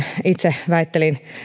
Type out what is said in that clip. itse väittelin